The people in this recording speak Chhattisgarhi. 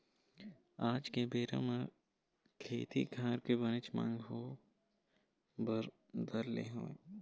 आज के बेरा म खेती खार के बनेच मांग होय बर धर ले हवय